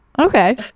okay